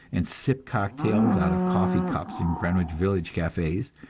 and sip cocktails out of coffee-cups in greenwich village cafes,